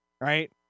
right